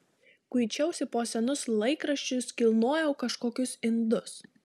kuičiausi po senus laikraščius kilnojau kažkokius indus